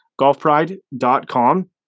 golfpride.com